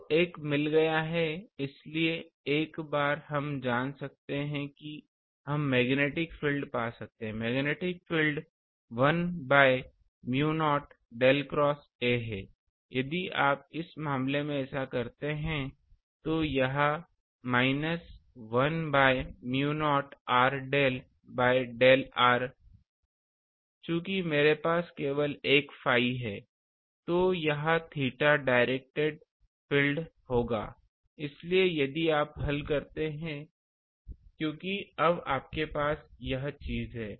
तो एक मिल गया है इसलिए एक बार हम जान सकते हैं कि हम मैग्नेटिक फील्ड पा सकते हैं magnetic field 1 by mu naught del cross A हैयदि आप इस मामले में ऐसा करते हैं तो यह minus 1 by mu naught r del by del r चूंकि मेरे पास केवल एक phi है तो यह थीटा डायरेक्टेड फील्ड होगा इसलिए यदि आप हल करते हैं क्योंकि अब आपके पास यह चीज है